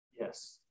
Yes